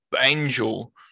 angel